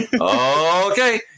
Okay